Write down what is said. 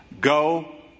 go